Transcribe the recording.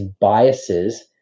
biases